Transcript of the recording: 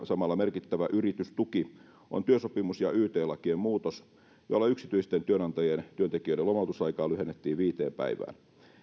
samalla merkittävä yritystuki on työsopimus ja yt lakien muutos jolla yksityisten työnantajien työntekijöiden lomautusaikaa lyhennettiin viiteen päivään